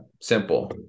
simple